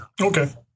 Okay